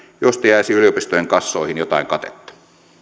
joista jäisi yliopistojen kassoihin jotain katetta